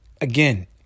Again